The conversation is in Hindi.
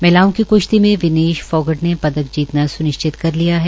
महिलाओं की क्श्ती में विनेश फोगाट ने पदक जीतना स्निश्चित कर लिया है